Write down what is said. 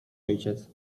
ojciec